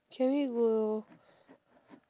shall we go